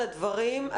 על הדברים,